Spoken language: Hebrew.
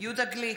יהודה גליק,